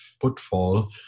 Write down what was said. Footfall